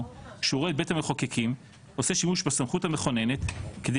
כשהוא רואה את בית המחוקקים עושה שימוש בסמכות המכוננת כדי